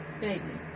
baby